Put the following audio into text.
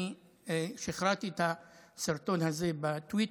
אני שחררתי את הסרטון הזה בטוויטר.